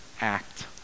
act